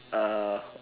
uh